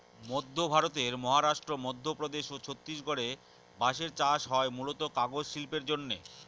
মধ্য ভারতের মহারাষ্ট্র, মধ্যপ্রদেশ ও ছত্তিশগড়ে বাঁশের চাষ হয় মূলতঃ কাগজ শিল্পের জন্যে